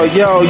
yo